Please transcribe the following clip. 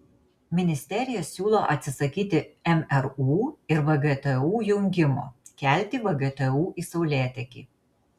ministerija siūlo atsisakyti mru ir vgtu jungimo kelti vgtu į saulėtekį